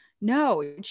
no